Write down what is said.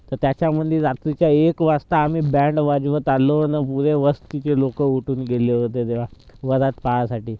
तर त्याच्यामधे रात्रीच्या एक वाजता आम्ही बँड वाजवत आलो आणि पुरे वस्तीचे लोक उठून गेले होते तेव्हा वरात पाहायसाठी